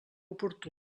oportú